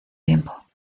tiempo